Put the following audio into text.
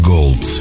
Gold